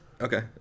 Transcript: Okay